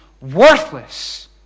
worthless